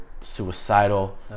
suicidal